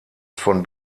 von